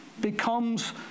becomes